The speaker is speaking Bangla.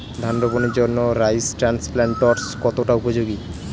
ধান রোপণের জন্য রাইস ট্রান্সপ্লান্টারস্ কতটা উপযোগী?